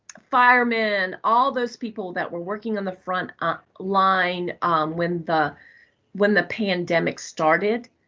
firemen, all those people that were working on the front um line when the when the pandemic started.